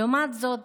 לעומת זאת